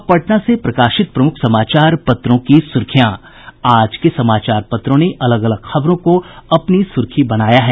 अब पटना से प्रकाशित प्रमुख समाचार पत्रों की सुर्खियां आज के समाचार पत्रों ने अलग अलग खबरों को अपनी प्रमुख सुर्खी बनाया है